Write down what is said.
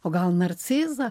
o gal narcizą